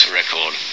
record